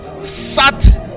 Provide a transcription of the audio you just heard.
sat